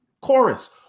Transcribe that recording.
chorus